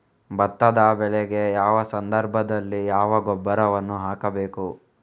ಭತ್ತದ ಬೆಳೆಗೆ ಯಾವ ಸಂದರ್ಭದಲ್ಲಿ ಯಾವ ಗೊಬ್ಬರವನ್ನು ಹಾಕಬೇಕು?